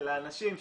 אל האנשים,